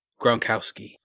Gronkowski